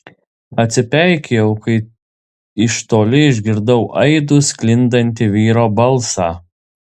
atsipeikėjau kai iš toli išgirdau aidu sklindantį vyro balsą